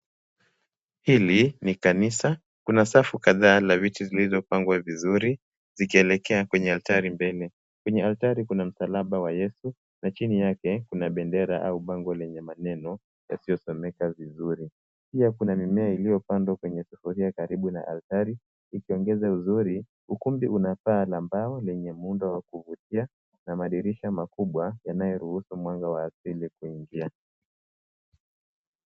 Hili ni kanisa. Kuna safu kadhaa la viti zilizopangwa vizuri zikielekea kwenye altari mbele. Kwenye altari kuna msalaba wa Yesu na chini yake kuna bendera au bango lenye maneno yasiyosomeka vizuri. Pia kuna mimea iliyopandwa kwenye sufuria karibu na altari ikiongeza uzuri. Ukumbi una paa la mbao lenye muundo wa kuvutia na madirishia makubwa yanayoruhusu mwanga wa asili kuingia.